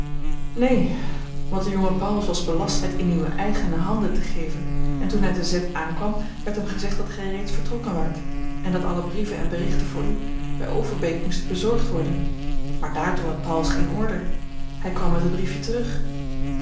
neen want de jonge pauwels was belast het in uwe eigene handen te geven en toen hij te z aankwam werd hem gezegd dat gij reeds vertrokken waart en dat alle brieven en berichten voor u bij overbeek moesten bezorgd worden maar daartoe had pauwels geen order hij kwam met het briefje terug